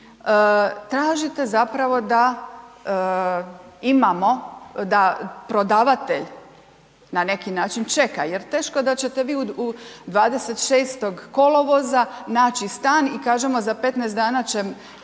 tražite zapravo da imamo, da prodavatelj na neki način čeka jer teško da ćete vi u 26. kolovoza način stan i kažemo za 15 dana će